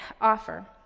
offer